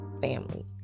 family